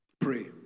Pray